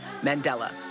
Mandela